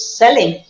selling